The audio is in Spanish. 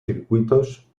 circuitos